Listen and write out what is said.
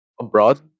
abroad